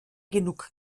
genug